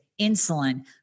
insulin